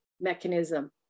mechanism